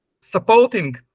supporting